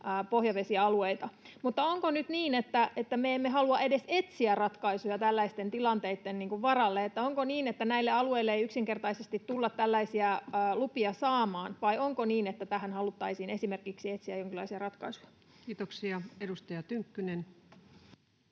pohjavesialueita. Mutta onko nyt niin, että me emme halua edes etsiä ratkaisuja tällaisten tilanteitten varalle? Onko niin, että näille alueille ei yksinkertaisesti tulla tällaisia lupia saamaan? Vai onko niin, että esimerkiksi tähän haluttaisiin etsiä jonkinlaisia ratkaisuja? [Speech 306] Speaker: